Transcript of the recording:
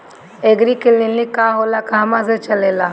एगरी clinic का होला कहवा से चलेँला?